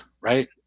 Right